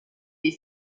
les